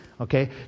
okay